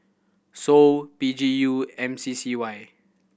Sou P G U and M C C Y